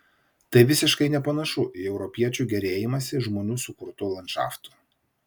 tai visiškai nepanašu į europiečių gėrėjimąsi žmonių sukurtu landšaftu